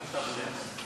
ואפשר ליהנות,